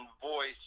voice